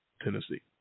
Tennessee